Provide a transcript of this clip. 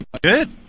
Good